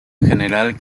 general